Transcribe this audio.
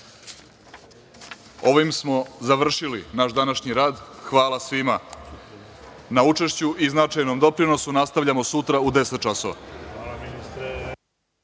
smo završili naš današnji rad. Hvala svima na učešću i značajnom doprinosu. Nastavljamo sutra u 10.00